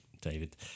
David